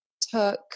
took